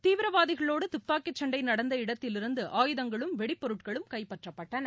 தீவிரவாதிகளோடு துப்பாக்கிச்சண்டை நடந்த இடத்திலிருந்து ஆயுதங்களும் வெடி பொருட்களும் கைப்பற்றப்பட்டன